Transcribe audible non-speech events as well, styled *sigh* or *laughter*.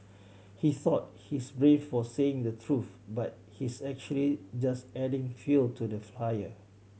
he thought he's brave for saying the truth but he's actually just adding fuel to the *unintelligible* fire